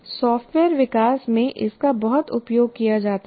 software विकास में इसका बहुत उपयोग किया जाता है